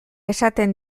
esaten